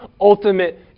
ultimate